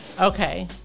okay